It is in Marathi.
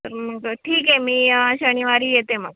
पण ठीक आहे मी शनिवारी येते मग